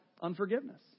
unforgiveness